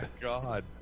God